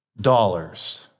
dollars